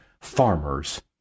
farmers